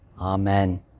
Amen